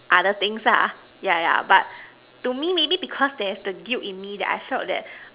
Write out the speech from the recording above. other things ah yeah yeah but to me maybe because there's the guilt in me that I felt that